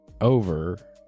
over